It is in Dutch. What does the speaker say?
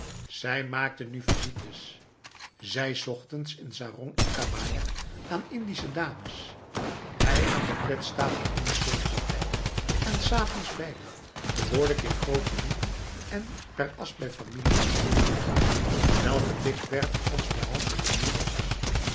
zij maakten nu visites zij s ochtends in sarong en kabaja aan indische dames hij aan de kletstafel in de sociëteit en s avonds beiden behoorlijk in groot tenue en per as bij familiën in de buurt welke dikwerf allesbehalve naburig was